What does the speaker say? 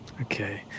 Okay